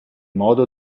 modo